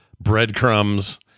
breadcrumbs